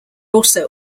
also